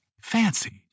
Fancy